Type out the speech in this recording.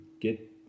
get